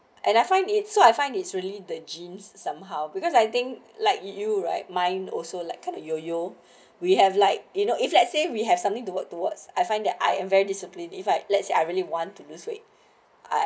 and I find it so I find it's really the jeans somehow because I think like you you right mine also like come and yo yo we have like you know if let's say we have something to work towards I find that I'm very disciplined if I let's say I really want to lose weight